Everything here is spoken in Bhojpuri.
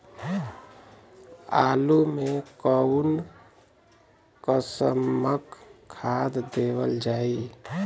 आलू मे कऊन कसमक खाद देवल जाई?